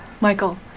Michael